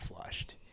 flushed